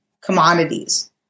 commodities